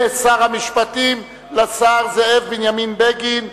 משר המשפטים לשר זאב בנימין בגין.